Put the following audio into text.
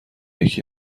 یکی